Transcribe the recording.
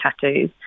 tattoos